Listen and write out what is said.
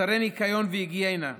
מוצרי ניקיון והיגיינה.